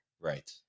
right